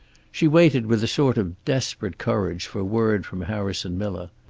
she waited with a sort of desperate courage for word from harrison miller.